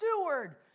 steward